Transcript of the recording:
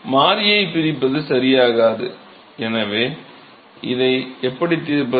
மாறியை பிரிப்பது சரியாகாது எனவே இதை எப்படி தீர்ப்பது